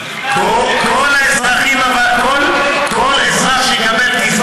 כל האזרחים, כל אזרח שיקבל קצבת